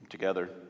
Together